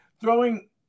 throwing